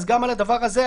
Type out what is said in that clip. אז גם על הדבר הזה,